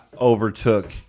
overtook